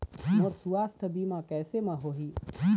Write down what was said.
मोर सुवास्थ बीमा कैसे म होही?